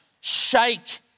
shake